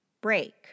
break